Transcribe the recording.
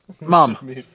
mom